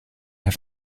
have